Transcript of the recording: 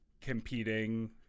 competing